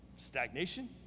stagnation